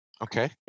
Okay